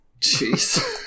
Jeez